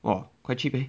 !wah! quite cheap leh